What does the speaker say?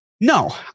No